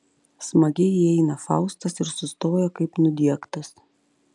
smagiai įeina faustas ir sustoja kaip nudiegtas